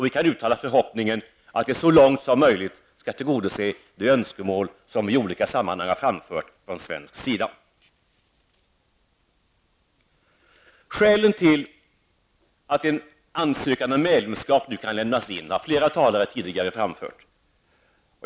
Vi kan uttala förhoppningen att de önskemål så långt som möjligt skall tillgodoses som vi i olika sammanhang har framfört från svensk sida. Skälen till att en ansökan om medlemskap nu kan lämnas in har flera talare tidigare framfört.